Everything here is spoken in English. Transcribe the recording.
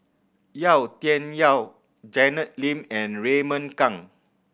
Yau Tian Yau Janet Lim and Raymond Kang